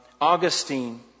Augustine